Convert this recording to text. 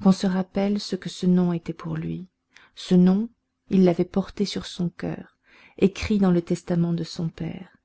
qu'on se rappelle ce que ce nom était pour lui ce nom il l'avait porté sur son coeur écrit dans le testament de son père